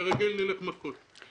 כרגיל, נלך מכות.